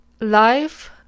Life